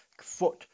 foot